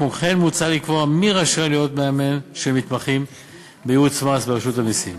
כמו כן מוצע לקבוע מי רשאי להיות מאמן של מתמחים בייעוץ מס ברשות המסים.